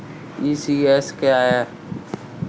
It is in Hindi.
ई.सी.एस क्या है?